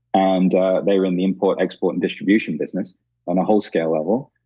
and they were in the import, export, and distribution business on a whole scale level,